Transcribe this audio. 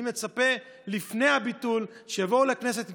אני מצפה שלפני הביטול יבואו לכנסת עם